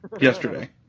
yesterday